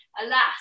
alas